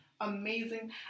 amazing